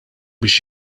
biex